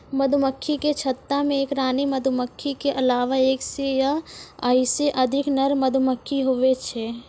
मधुमक्खी के छत्ता मे एक रानी मधुमक्खी के अलावा एक सै या ओहिसे अधिक नर मधुमक्खी हुवै छै